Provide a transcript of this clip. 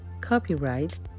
Copyright